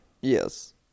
Yes